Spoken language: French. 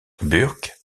burke